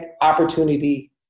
opportunity